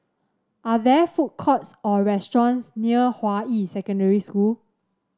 are there food courts or restaurants near Hua Yi Secondary School